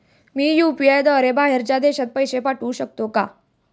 मी UPI द्वारे बाहेरच्या देशात पैसे पाठवू शकतो का?